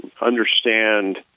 understand